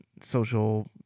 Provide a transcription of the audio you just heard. social